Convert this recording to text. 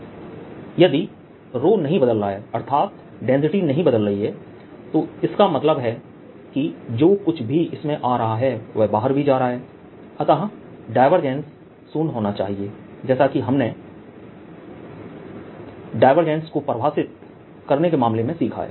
jds ∂ρ∂tdV jdV ∂ρ∂t dV j∂ρ∂t0 Refer Slide Time 0532 यदि ⍴ नहीं बदल रहा है अर्थात डेंसिटी नहीं बदल रही है तो इसका मतलब है कि जो कुछ भी इसमें आ रहा है वह बाहर भी जा रहा है अतः डायवर्जेंस शून्य होना चाहिए जैसा कि हमने डायवर्जेंस को परिभाषित करने के मामले में सीखा है